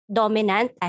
dominant